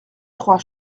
trois